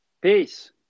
Peace